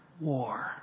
war